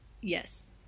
Yes